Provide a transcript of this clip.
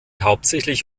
hauptsächlich